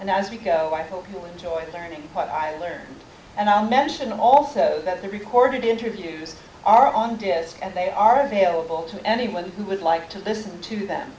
and as we go i hope you'll enjoy learning what i learned and i mention also that the recorded interviews are on disk and they are available to anyone who would like to listen to them